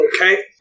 Okay